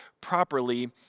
properly